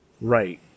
Right